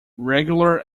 regular